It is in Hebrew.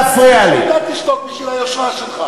לא אשתוק, לא אשתוק, לא אשתוק.